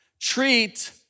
Treat